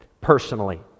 personally